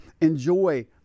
enjoy